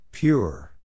Pure